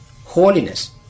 holiness